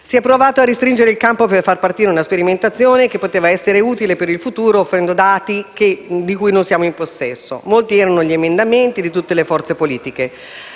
Si è provato a restringere il campo per far partire una sperimentazione, che avrebbe potuto essere utile per il futuro, offrendo dati di cui non siamo in possesso. Molti erano gli emendamenti in tal senso da parte